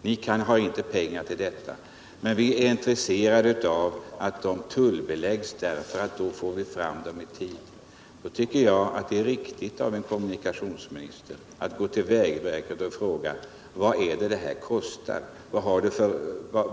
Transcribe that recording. att man inte har pengar till det och att man är intresserad av att broarna tullbeläggs, för då kunde man få fram dem i tid — ja, då tycker jag att det är riktigt av en kommunikationsminister att gå till vägverket och fråga: Vad kostar detta?